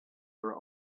were